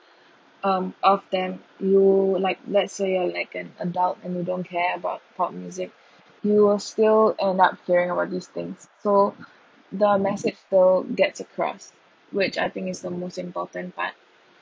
um of them you like let's say you like an adult and you don't care about pop music you will still end up hearing about these things so the message still gets across which I think is the most important part